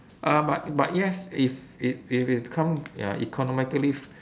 uh but but yes if it if it become uh economically v~